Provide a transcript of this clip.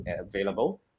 available